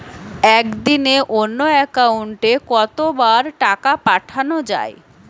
একদিনে অন্য একাউন্টে কত বার টাকা পাঠানো য়ায়?